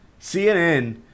CNN